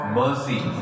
mercy